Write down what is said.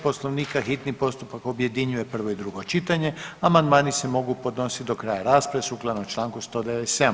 Poslovnika hitni postupak objedinjuje prvo i drugo čitanje, a amandmani se mogu podnositi do kraja rasprave sukladno čl. 197.